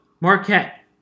Marquette